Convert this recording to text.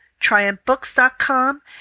TriumphBooks.com